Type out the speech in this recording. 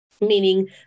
meaning